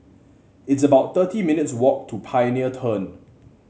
it's about thirty minutes' walk to Pioneer Turn